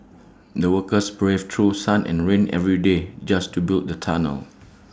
the workers braved through sun and rain every day just to build the tunnel